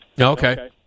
Okay